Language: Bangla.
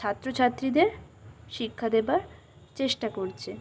ছাত্রছাত্রীদের শিক্ষা দেবার চেষ্টা করছে